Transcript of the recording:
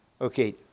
Okay